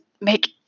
make